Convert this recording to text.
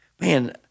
man